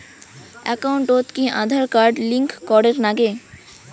একাউন্টত কি Aadhaar card link করের নাগে?